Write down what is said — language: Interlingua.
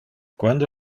quando